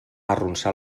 arronsar